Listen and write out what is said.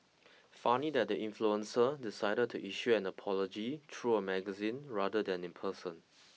funny that the influencer decided to issue an apology through a magazine rather than in person